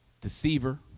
Deceiver